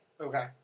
Okay